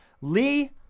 Lee